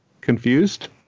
confused